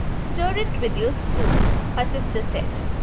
stir it with your spoon her sister said.